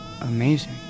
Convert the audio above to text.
amazing